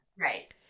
right